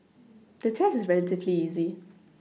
the test is relatively easy